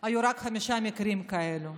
היו רק חמישה מקרים כאלו,